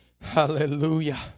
Hallelujah